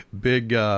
big